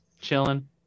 chilling